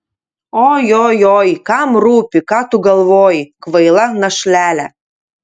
ojojoi kam rūpi ką tu galvoji kvaila našlele